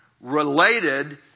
related